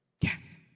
Yes